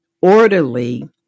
orderly